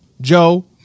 Joe